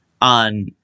on